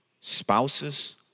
spouses